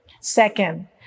Second